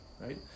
right